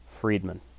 Friedman